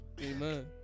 amen